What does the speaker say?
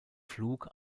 flug